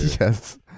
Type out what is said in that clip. Yes